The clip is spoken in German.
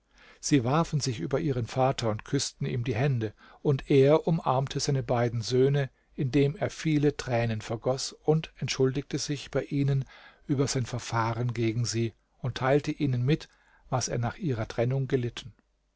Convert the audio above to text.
sie warfen sich über ihren vater und küßten ihm die hände und er umarmte seine beiden söhne indem er viele tränen vergoß und entschuldigte sich bei ihnen über sein verfahren gegen sie und teilte ihnen mit was er nach ihrer trennung gelitten